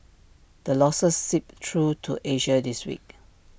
the losses seeped through to Asia this week